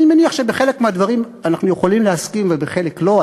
ואני מניח שבחלק מהדברים אנחנו יכולים להסכים ובחלק לא,